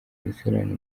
imisarane